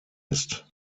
ist